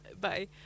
Bye